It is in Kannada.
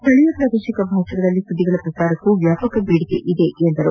ಸ್ಥಳೀಯ ಪ್ರಾದೇಶಿಕ ಭಾಷೆಗಳಲ್ಲಿಯ ಸುದ್ದಿಗಳ ಪ್ರಸಾರಕ್ಕೂ ವ್ಯಾಪಕ ಬೇಡಿಕೆ ಇದೆ ಎಂದು ಅವರು ಹೇಳಿದರು